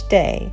day